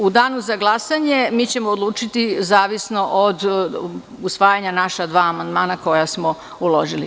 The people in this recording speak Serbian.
U Danu za glasanje mi ćemo odlučiti zavisno od usvajanja naša dva amandmana koja smo uložili.